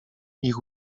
ich